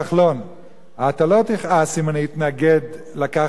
אתה לא תכעס אם אני אתנגד ללקיחת הסמכות ממך,